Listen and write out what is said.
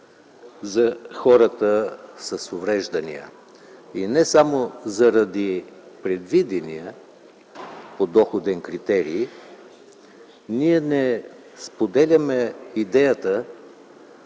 за хората с увреждания. И не само заради предвидения подоходен критерий, ние не споделяме идеята